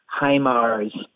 HIMARS